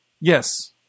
Yes